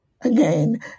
again